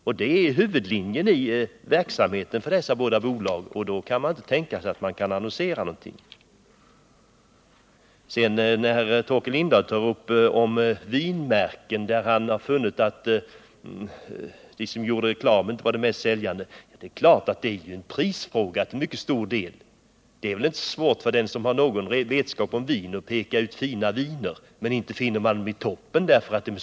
Det skall vara huvudlinjen i verksamheten för dessa båda bolag. Då kan man inte tänka sig att de skall annonsera. Torkel Lindahl hade funnit att de vinmärken man gjorde reklam för inte var de mest säljande. Det är ju till mycket stor del en prisfråga. Det är väl inte svårt för den som har någon vetskap om vin att peka ut fina viner, men inte finner man dem i toppen på försäljningslistan.